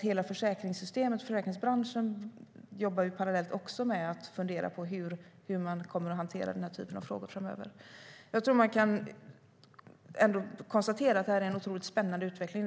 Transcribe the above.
Hela försäkringssystemet, hela försäkringsbranschen, jobbar parallellt med att fundera på hur man kommer att hantera den här typen av frågor framöver. Man kan ändå konstatera att det här är en otroligt spännande utveckling.